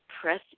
press